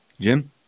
Jim